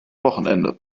wochenende